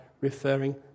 referring